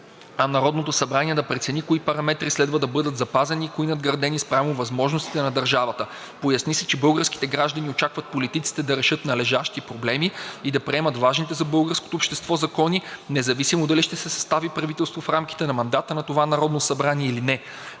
а Народното събрание да прецени кои параметри следва да бъдат запазени и кои надградени спрямо възможностите на държавата. Поясни се, че българските граждани очакват политиците да решат належащите проблеми и да приемат важните за българското общество закони, независимо дали ще се състави правителство в рамките на мандата на това Народно събрание или не.